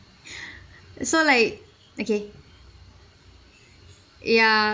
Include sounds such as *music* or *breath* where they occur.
*breath* so like okay ya